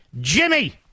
Jimmy